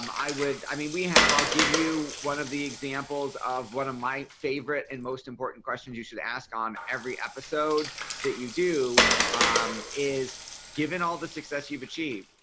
um i would. i mean we have i'll give you one of the examples of one of my favorite and most important questions you should ask on every episode that you do um is given all the success you've achieved.